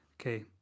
Okay